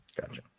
Gotcha